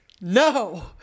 no